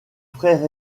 frère